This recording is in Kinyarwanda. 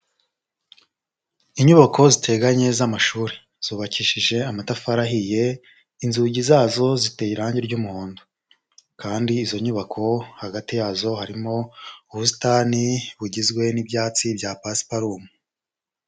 Inyubako ziteganye z'amashuri zubakishije amatafari ahiye, inzugi zazo ziteye irange ry'umuhondo kandi izo nyubako hagati yazo harimo ubusitani bugizwe n'ibyatsi bya pasiparuma.